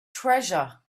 treasure